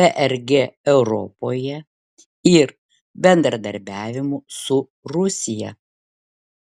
prg europoje ir bendradarbiavimo su rusija